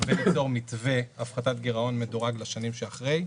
וניצור מתווה להפחתת גירעון מדורג לשנים שאחרי.